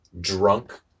drunk